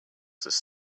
this